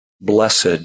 blessed